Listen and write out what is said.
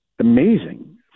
amazing